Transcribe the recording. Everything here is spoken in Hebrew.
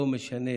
לא משנה,